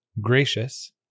gracious